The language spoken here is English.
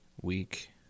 week